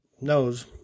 knows